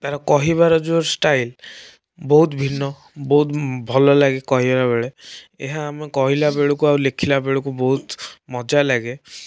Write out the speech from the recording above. ତାର କହିବାର ଯେଉଁ ଷ୍ଟାଇଲ୍ ବହୁତ ଭିନ୍ନ ବହୁତ ଭଲ ଲାଗେ କହିବାବେଳେ ଏହା ଆମେ କହିଲାବେଳକୁ ଆଉ ଲେଖିବାବେଳକୁ ବହୁତ୍ ମଜାଲାଗେ